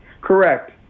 Correct